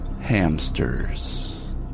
hamsters